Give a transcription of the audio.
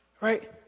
Right